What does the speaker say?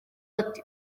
ati